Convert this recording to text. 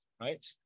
right